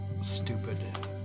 stupid